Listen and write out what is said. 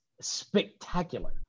spectacular